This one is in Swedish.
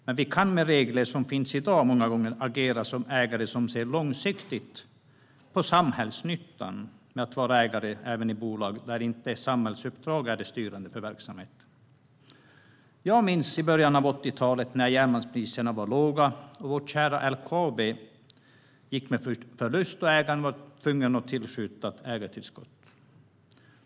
Men vi kan med de regler som finns i dag många gånger agera som en ägare som ser långsiktigt på samhällsnyttan med att vara ägare även av bolag där inte samhällsuppdrag är det styrande för verksamheten. Jag minns i början av 80-talet när järnmalmspriserna var låga och vårt kära LKAB gick med förlust och ägaren var tvungen att tillskjuta ägartillskott.